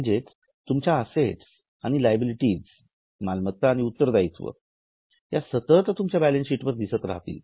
म्हणजेच तुमच्या अससेट्स आणि लायबिलिटीज मालमत्ता आणि उत्तरदायित्व या सतत तुमच्या बॅलन्स शीट वर दिसत राहतील